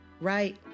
right